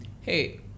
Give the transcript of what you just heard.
Hey